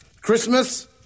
Christmas